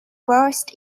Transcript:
burst